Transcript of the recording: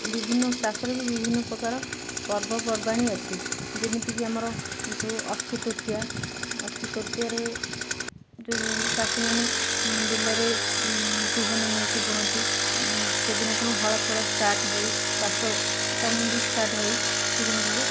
ବିଭିନ୍ନ ଚାଷରେ ବି ବିଭିନ୍ନ ପ୍ରକାର ପର୍ବପର୍ବାଣି ଅଛି ଯେମିତିକି ଆମର ଯେଉଁ ଅକ୍ଷୟ ତୃତୀୟା ଅକ୍ଷୟ ତୃତୀୟାରେ ଯେଉଁ ଚାଷୀମାନେ ବିଲରେ ବିହନ ନେଇକି ବୁଣନ୍ତି ସେଦିନଠୁ ହଳଫଳ ଷ୍ଟାର୍ଟ ହଏ ଚାଷ କାମ ବି ଷ୍ଟାର୍ଟ ହଏ ସେଦିନଠାରୁ